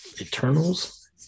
Eternals